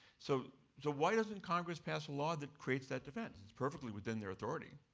so why doesn't congress pass a law that creates that defense? it's perfectly within their authority?